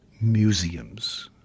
museums